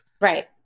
Right